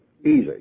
Easy